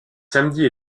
samedis